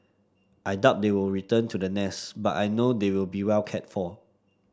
I doubt they will return to the nest but I know they will be well cared for